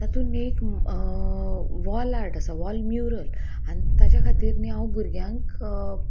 तातूंत एक wall art आसा वॉल म्युरल आनी ताच्या खातीर न्ही हांव भुरग्यांक